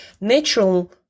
Natural